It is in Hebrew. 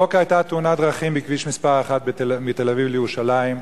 הבוקר היתה תאונת דרכים בכביש מס' 1 מתל-אביב לירושלים.